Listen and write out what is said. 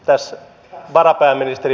arvoisa puhemies